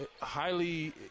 highly